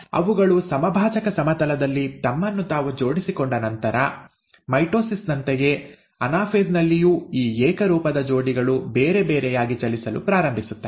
ಅವುಗಳು ಸಮಭಾಜಕ ಸಮತಲದಲ್ಲಿ ತಮ್ಮನ್ನು ತಾವು ಜೋಡಿಸಿಕೊಂಡ ನಂತರ ಮೈಟೊಸಿಸ್ ನಂತೆಯೇ ಅನಾಫೇಸ್ ನಲ್ಲಿಯೂ ಈ ಏಕರೂಪದ ಜೋಡಿಗಳು ಬೇರೆಬೇರೆಯಾಗಿ ಚಲಿಸಲು ಪ್ರಾರಂಭಿಸುತ್ತವೆ